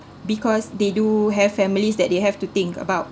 because they do have families that they have to think about